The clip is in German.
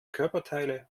körperteile